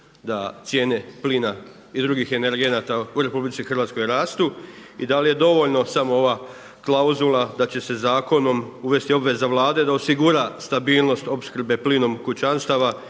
da cijene plina i drugih energenata u RH rastu i da li je dovoljna samo ova klauzula da će se zakonom uvesti obveza Vlade da osigura stabilnost opskrbe plinom kućanstava